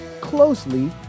closely